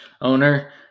owner